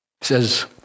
says